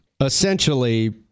essentially